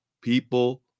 people